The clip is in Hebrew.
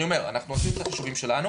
אני אומר שוב אנחנו עושים את החישובים שלנו,